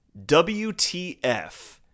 WTF